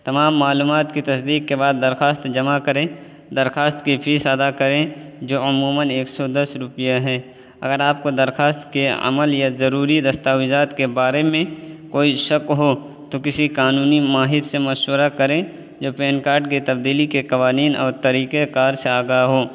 تمام معلومات کی تصدیق کے بعد درخواست جمع کریں درخواست کی فیس ادا کریں جو عمومًا ایک سو دس روپے ہے اگر آپ کو دوخواست کے عمل یا ضروری دستاویزات کے بارے میں کوئی شک ہو تو کسی قانونی ماہر سے مشورہ کریں جو پین کارڈ کے تبدیلی کے قوانین اور طریقہ کار سے آگاہ ہوں